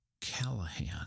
Callahan